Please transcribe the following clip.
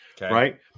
right